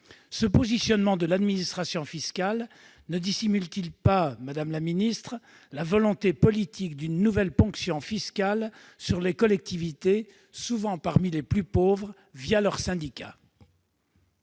Ce positionnement de l'administration fiscale ne dissimule-t-il pas, madame la secrétaire d'État, la volonté politique d'une nouvelle ponction fiscale sur des collectivités, souvent parmi les plus pauvres, leurs syndicats ?